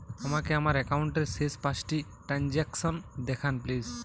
আমাকে আমার একাউন্টের শেষ পাঁচটি ট্রানজ্যাকসন দেখান প্লিজ